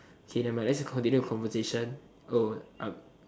K nevermind let's just continue the conversation oh uh